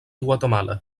guatemala